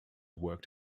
worked